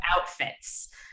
outfits